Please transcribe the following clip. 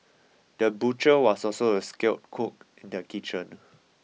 the butcher was also a skilled cook in the kitchen